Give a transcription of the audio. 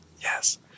Yes